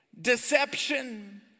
deception